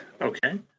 okay